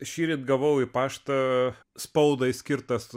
šįryt gavau į paštą spaudai skirtas